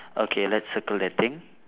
okay let's circle that thing